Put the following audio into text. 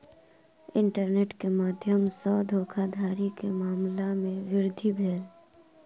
internet के माध्यम सॅ धोखाधड़ी के मामला में वृद्धि भेल